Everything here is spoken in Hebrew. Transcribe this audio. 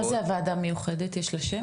מה זה הוועדה המיוחדת הזו, יש לה שם?